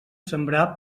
sembrar